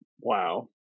wow